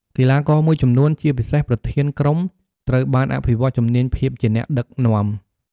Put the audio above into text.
កីឡាករមួយចំនួន ជាពិសេសប្រធានក្រុម ត្រូវបានអភិវឌ្ឍជំនាញភាពជាអ្នកដឹកនាំ។